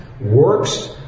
works